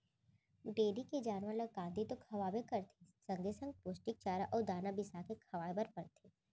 dairy के जानवर ल कांदी तो खवाबे करबे संगे संग पोस्टिक चारा अउ दाना बिसाके खवाए बर परथे